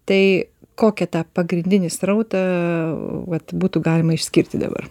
tai kokį tą pagrindinį srautą vat būtų galima išskirti dabar